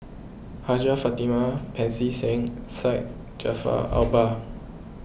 Hajjah Fatimah Pancy Seng Syed Jaafar Albar